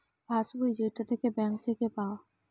pass বই যেইটা থাকে ব্যাঙ্ক থাকে পাওয়া